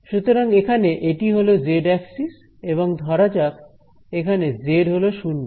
সুতরাং এখানে এটি হলো জেড অ্যাক্সিস এবং ধরা যাক এখানে জেড হলো 0